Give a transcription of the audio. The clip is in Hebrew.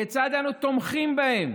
כיצד אנו תומכים בהם?